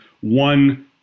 one